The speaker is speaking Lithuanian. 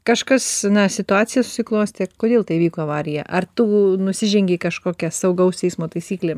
kažkas na situacija susiklostė kodėl ta įvyko avarija ar tu nusižengei kažkokia saugaus eismo taisyklėm